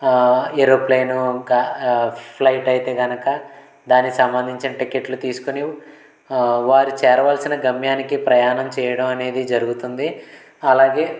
aeroplane ఇంకా flight అయితే కనుక దానికి సంబంధించిన టికెట్లు తీసుకుని వారి చేరవలసిన గమ్యానికి ప్రయాణం చేయడమనేది జరుగుతుంది అలాగే